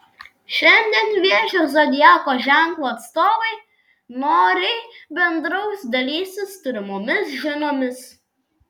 šiandien vėžio zodiako ženklo atstovai noriai bendraus dalysis turimomis žiniomis